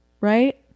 right